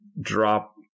drop